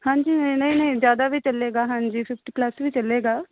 ਹਾਂਜੀ ਨਹੀਂ ਨਹੀਂ ਨਹੀਂ ਜਿਆਦਾ ਵੀ ਚੱਲੇਗਾ ਹਾਂਜੀ ਫਿਫਟੀ ਪਲੱਸ ਵੀ ਚੱਲੇਗਾ